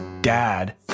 dad